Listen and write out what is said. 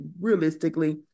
realistically